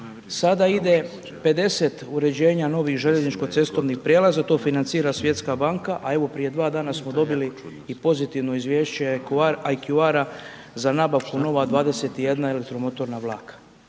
sada ide 50 uređenja novih željezničko-cestovnih prijelaza, to financira Svjetska banka, a evo, prije 2 dana smo dobili i pozitivno izvješće IQR-a za nabavku nova 21 elektromotorna vlaka.